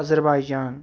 اظہر بایی جان